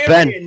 Ben